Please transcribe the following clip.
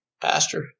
Pastor